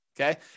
Okay